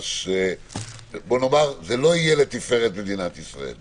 זה לא יהיה לתפארת מדינת ישראל.